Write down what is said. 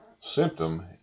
symptom